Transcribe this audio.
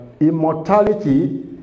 immortality